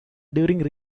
during